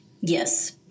Yes